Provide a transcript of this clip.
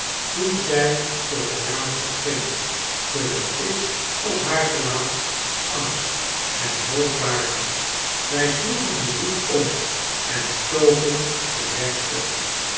toen zij voor het raam verscheen terwijl ik op haar gelaat angst en hoop waarnam wy sloegen den hoek om en stoven den weg op